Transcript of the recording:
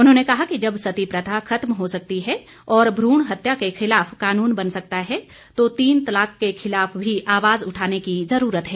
उन्होंने कहा कि जब सती प्रथा खत्म हो सकती है और भ्रण हत्या के खिलाफ कानून बन सकता है तो तीन तलाक के खिलाफ भी आवाज़ उठाने की ज़रूरत है